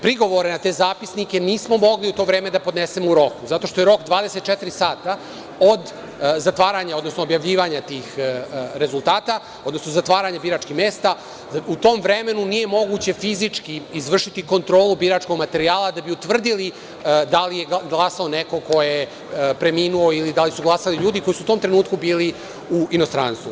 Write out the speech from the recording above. Prigovore na te zapisnike nismo mogli u to vreme da podnesemo u roku, zato što je rok 24 sata, od zatvaranja biračkih mesta, odnosno objavljivanja tih rezultat, a u tom vremenu nije moguće fizički izvršiti kontrolu biračkog materijala, da bi utvrdili da li je glasao neko ko je preminuo ili da li su glasali ljudi koji su u tom trenutku bili u inostranstvu.